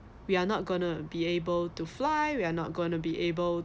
we are not going to be able to fly we're not going to be able